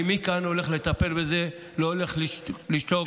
אני מכאן הולך לטפל בזה, לא הולך לשתוק.